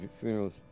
funerals